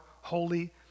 holy